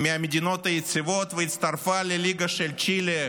מהמדינות היציבות והצטרפה לליגה של צ'ילה,